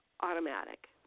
automatic